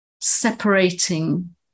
separating